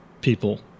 people